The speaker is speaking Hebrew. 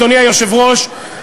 אדוני היושב-ראש,